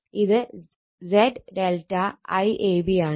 ഇത് Z ∆ IAB ആണ്